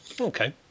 Okay